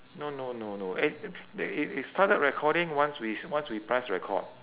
no no no no eh they i~ it started recording once we once we pressed record